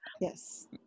Yes